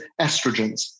estrogens